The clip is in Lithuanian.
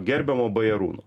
gerbiamo bajarūno